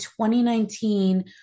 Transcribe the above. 2019